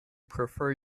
prefer